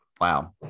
Wow